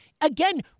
again